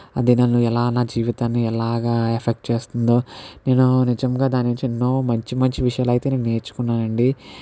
అది నన్ను ఎలా నా జీవితాన్ని ఎలాగ ఎఫెక్ట్ చేస్తుందో నేను నిజంగా దాని నుంచి ఎన్నో మంచి మంచి విషయాలు అయితే నేను నేర్చుకున్నాను అండి